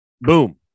Boom